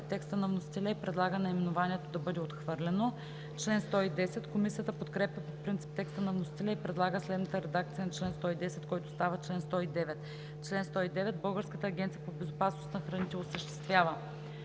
текста на вносителя и предлага наименованието да бъде отхвърлено. Комисията подкрепя по принцип текста на вносителя и предлага следната редакция на чл. 110, който става чл. 109: „Чл. 109. Българската агенция по безопасност на храните осъществява: